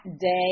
day